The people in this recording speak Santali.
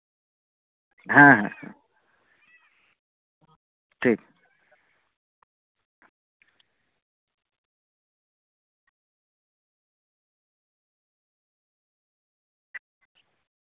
ᱦᱮᱸ ᱦᱮᱸ ᱦᱮᱸ ᱴᱷᱤᱠ